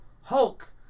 Hulk